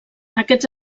aquests